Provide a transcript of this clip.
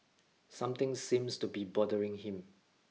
something seems to be bothering him